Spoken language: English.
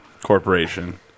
Corporation